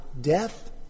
death